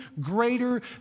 greater